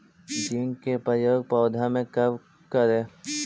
Zinc के प्रयोग पौधा मे कब करे?